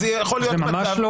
אז זה יכול להיות מצב -- זה ממש לא